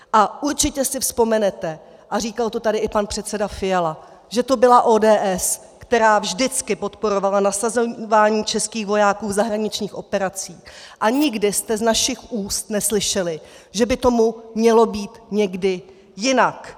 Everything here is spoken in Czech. A určitě si vzpomenete, a říkal to tady i pan předseda Fiala, že to byla ODS, která vždycky podporovala nasazování českých vojáků v zahraničních operacích, a nikdy jste z našich úst neslyšeli, že by tomu mělo být někdy jinak.